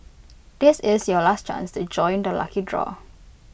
this is your last chance to join the lucky draw